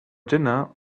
dinner